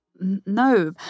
no